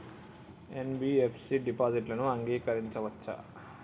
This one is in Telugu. ఎన్.బి.ఎఫ్.సి డిపాజిట్లను అంగీకరించవచ్చా?